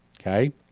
Okay